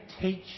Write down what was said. teach